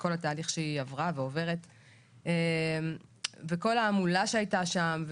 כל התהליך שהיא עברה ועוברת וכל ההמולה שהייתה שם,